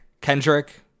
kendrick